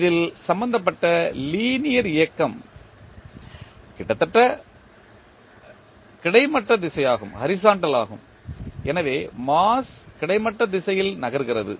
இதில் சம்பந்தப்பட்ட லீனியர் இயக்கம் கிடைமட்ட திசையாகும் எனவே மாஸ் கிடைமட்ட திசையில் நகர்கிறது